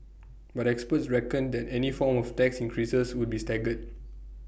but experts reckoned that any form of tax increases would be staggered